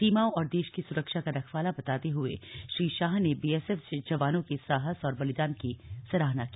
सीमाओं और देश की सुरक्षा का रखवाला बताते हुए श्री शाह ने बीएसएफ जवानों के साहस और बलिदान की सराहना की